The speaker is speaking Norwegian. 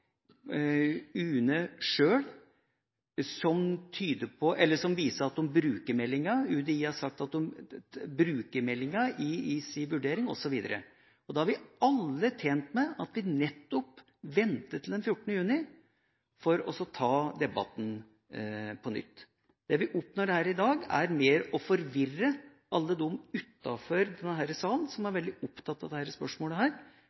UNE sjøl som viser at de bruker meldinga, og UDI har sagt at de bruker meldinga i sin vurdering. Da er vi alle tjent med at vi nettopp venter til den 14. juni for å ta debatten på nytt. Det vi oppnår her i dag, er å forvirre alle dem utenfor denne salen, som er veldig opptatt av dette spørsmålet